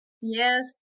Yes